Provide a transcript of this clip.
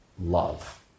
love